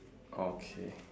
okay